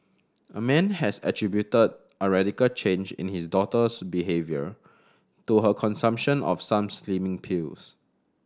a man has attributed a radical change in his daughter's behaviour to her consumption of some slimming pills